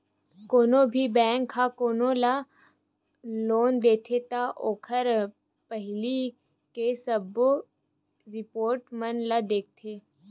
कोनो भी बेंक ह कोनो ल लोन देथे त ओखर पहिली के सबो रिपोट मन ल देखथे